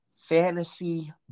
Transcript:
fantasy